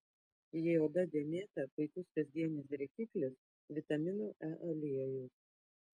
jei oda dėmėta puikus kasdienis drėkiklis vitamino e aliejus